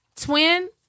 twin